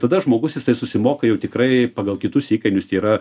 tada žmogus jisai susimoka jau tikrai pagal kitus įkainius yra